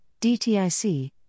DTIC